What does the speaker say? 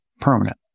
permanent